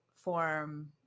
form